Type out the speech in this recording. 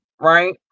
right